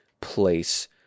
place